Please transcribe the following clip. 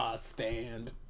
stand